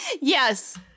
Yes